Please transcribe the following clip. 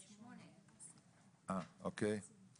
אוקיי.